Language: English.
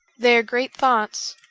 they are great thoughts,